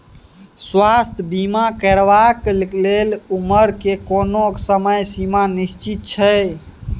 स्वास्थ्य बीमा करेवाक के लेल उमर के कोनो समय सीमा निश्चित छै?